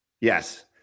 Yes